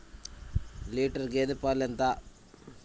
Litre గేదె పాలు ఎంత?